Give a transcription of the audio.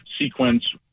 sequence